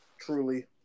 Truly